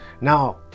Now